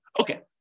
Okay